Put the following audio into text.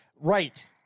Right